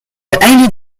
haley